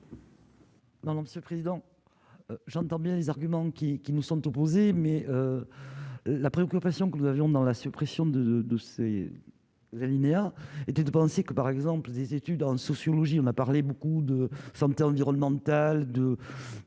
Non, non, président, j'entends bien les arguments qui nous sommes opposés, mais la préoccupation que nous avions dans la suppression de 2 c'est l'alinéa était devancée que par exemple des études en sociologie, on a parlé beaucoup de santé environnementale de